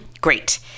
Great